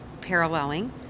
paralleling